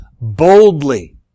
boldly